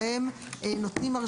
מהפיקוח שלנו,